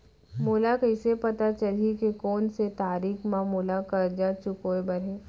मोला कइसे पता चलही के कोन से तारीक म मोला करजा चुकोय बर हे?